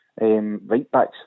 right-backs